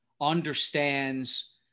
understands